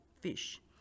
fish